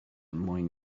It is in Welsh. mwyn